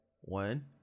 one